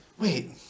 Wait